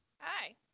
Hi